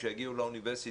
כשהם יגיעו לאוניברסיטה,